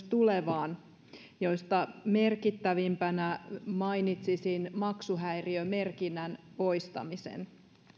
tulevaan joista merkittävimpänä mainitsisin maksuhäiriömerkinnän poistamisen